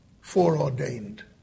foreordained